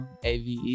ave